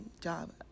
job